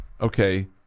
okay